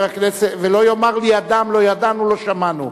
ולא יאמר לי אדם: לא ידענו, לא שמענו.